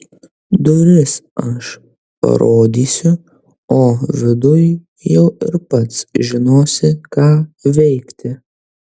duris aš parodysiu o viduj jau ir pats žinosi ką veikti